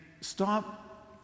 stop